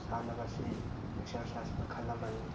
ꯁꯥꯟꯅꯕꯁꯤ ꯑꯦꯛꯁꯔꯁꯥꯏꯁ ꯃꯈꯜ ꯑꯃꯅꯤ